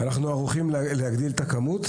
אנחנו ערוכים להגדיל את הכמות.